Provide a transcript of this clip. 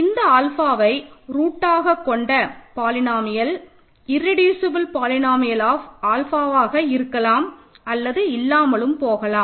இந்த ஆல்ஃபாவை ரூட்டாக கொண்ட பாலினோமியல் இர்ரெடியூசபல் பாலினோமியல் ஆப் ஆல்ஃபாவாக இருக்கலாம் அல்லது இல்லாமலும் போகலாம்